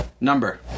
Number